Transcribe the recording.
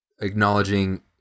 acknowledging